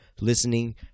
listening